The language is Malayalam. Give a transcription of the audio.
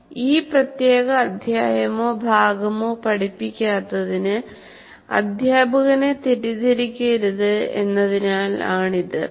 "ഈ പ്രത്യേക അധ്യായമോ ഭാഗമോ പഠിപ്പിക്കാത്തതിന്" അധ്യാപകനെ തെറ്റിദ്ധരിക്കരുത് എന്നതിനാലാണിത്